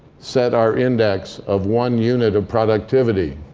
set our index of one unit of productivity.